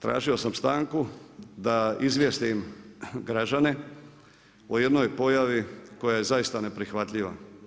Tražio sam stanku da izvijestim građane o jednoj pojavi koja je zaista neprihvatljiva.